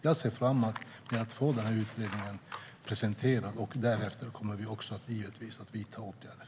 Jag ser fram emot att få utredningen presenterad, och därefter kommer vi givetvis att vidta åtgärder.